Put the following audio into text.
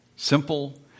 Simple